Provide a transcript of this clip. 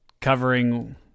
covering